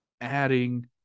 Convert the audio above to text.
adding